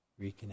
Reconnect